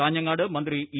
കാഞ്ഞങ്ങാട് മന്ത്രി ഇ